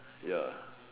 ya